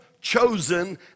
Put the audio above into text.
chosen